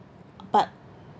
but